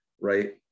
right